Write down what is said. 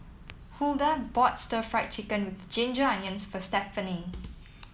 Hulda bought Stir Fried Chicken with Ginger Onions for Stephany